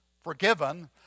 forgiven